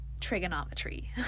trigonometry